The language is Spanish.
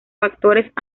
factores